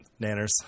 Nanners